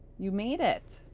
you made it!